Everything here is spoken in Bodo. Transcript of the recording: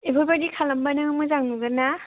बेफोरबायदि खालामबानो मोजां नुगोन ना